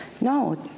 No